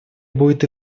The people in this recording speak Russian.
будет